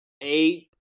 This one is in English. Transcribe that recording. Eight